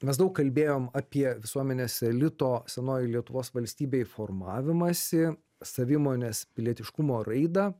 mes daug kalbėjom apie visuomenės elito senojoj lietuvos valstybėj formavimąsi savimonės pilietiškumo raidą